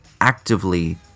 actively